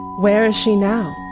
where is she now?